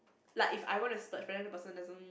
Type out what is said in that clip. like if I want to splurge but then the person doesn't